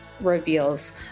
reveals